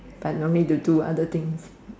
I don't need to do other things